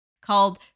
called